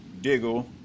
Diggle